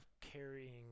carrying